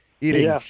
eating